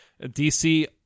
DC